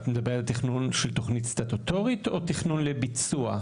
את מתכוונת לתכנון של תוכנית סטטוטורית או תכנון לביצוע?